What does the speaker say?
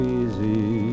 easy